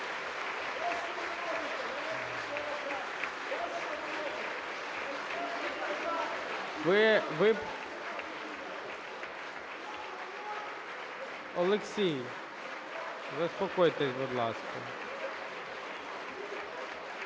Олексій, заспокойтесь, будь ласка.